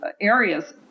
areas